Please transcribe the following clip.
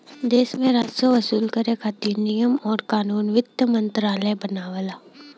देश में राजस्व वसूल करे खातिर नियम आउर कानून वित्त मंत्रालय बनावला